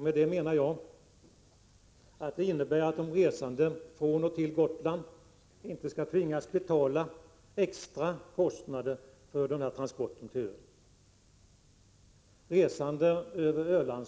Med det menar jag att de resande till och från Gotland inte skall tvingas betala extra kostnader för transporten till ön. Vi kan ta Öland